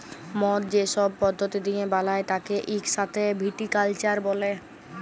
মদ যে সব পদ্ধতি দিয়ে বালায় তাকে ইক সাথে ভিটিকালচার ব্যলে